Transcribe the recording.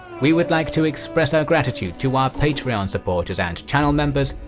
we would like to express our gratitude to our patreon supporters and channel members,